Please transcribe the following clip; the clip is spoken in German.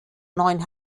neuen